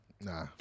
nah